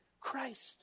Christ